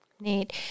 Neat